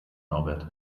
norbert